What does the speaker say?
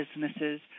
businesses